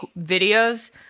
videos